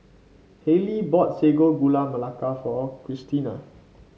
Hailie bought Sago Gula Melaka for Kristina